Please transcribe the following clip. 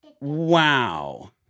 Wow